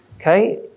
Okay